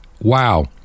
Wow